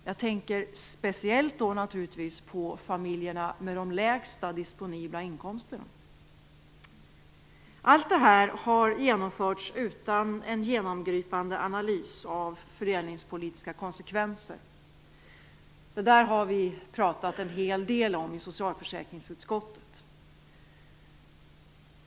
Jag tänker speciellt på familjerna med de lägsta disponibla inkomsterna. Allt detta har genomförts utan en genomgripande analys av fördelningspolitiska konsekvenser. Det där har vi talat en hel del om i socialförsäkringsutskottet.